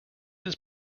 this